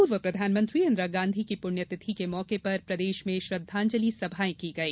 पूर्व प्रधानमंत्री इंदिरागांधी की पुण्यतिथि के मौके पर प्रदेश में श्रद्वांजलि सभाएं की गई